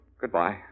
Goodbye